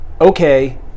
okay